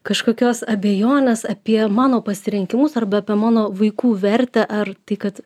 kažkokios abejonės apie mano pasirinkimus arba apie mano vaikų vertę ar tai kad